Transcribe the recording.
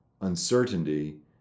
uncertainty